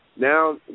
Now